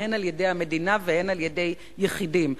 הן על-ידי המדינה והן על-ידי יחידים.